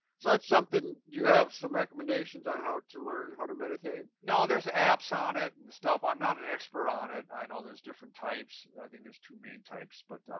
so it's something. do you have some recommendations on how to learn how to meditate? no, there's apps on it and stuff. i'm not an expert on it. i know there's different types. i think there's two main types. but